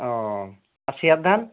ও আর